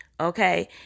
Okay